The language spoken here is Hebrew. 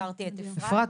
אפרת,